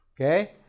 Okay